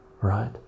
right